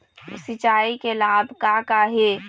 सिचाई के लाभ का का हे?